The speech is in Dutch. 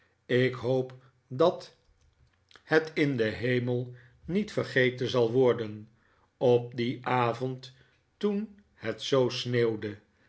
ik hoop dat het in den hemel niet vergeten zal worden op dien avond toen het zoo sneeuwde